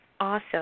Awesome